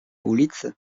ulicy